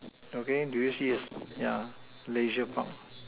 okay do you see a s~ yeah Leisure Park